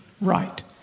right